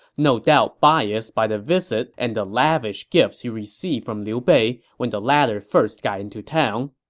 no doubt biased by the visit and the lavish gifts he received from liu bei when the latter first got into town.